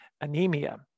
anemia